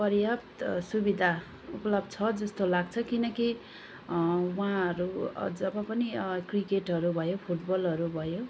पर्याप्त सुबिधा उपलब्ध छ जस्तो लाग्छ किनकि उहाँहरू जब पनि क्रिकेटहरू भयो फुटबलहरू भयो